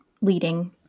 leading